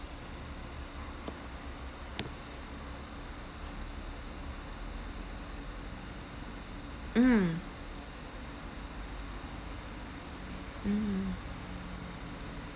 mm mm